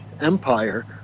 Empire